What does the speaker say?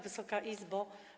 Wysoka Izbo!